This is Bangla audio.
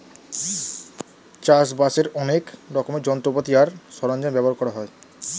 চাষবাসের অনেক রকমের যন্ত্রপাতি আর সরঞ্জাম ব্যবহার করা হয়